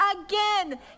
again